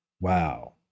Wow